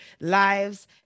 lives